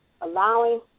allowing